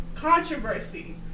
controversy